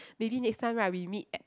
maybe next time right we meet at